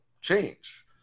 change